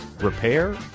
repair